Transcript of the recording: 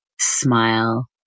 smile